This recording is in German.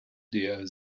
der